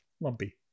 Lumpy